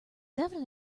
evident